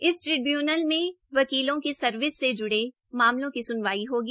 इस ट्रिब्यूनल में वकीलों की सर्विस से जड़े मामलों की स्नवाई होगी